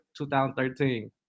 2013